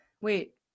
wait